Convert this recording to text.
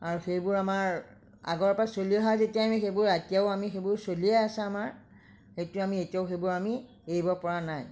আৰু সেইবোৰ আমাৰ আগৰ পৰা চলি অহা যেতিয়া আমি সেইবোৰ এতিয়াও আমি সেইবোৰ চলিয়ে আছে আমাৰ এইটো আমি এতিয়াও সেইবোৰ আমি এৰিব পৰা নাই